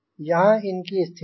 यहाँ इनकी स्थिति है